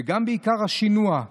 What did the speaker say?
וגם בעיקר השינוע.